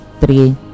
three